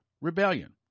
Rebellion